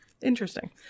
Interesting